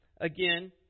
again